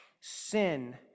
Sin